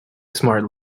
smart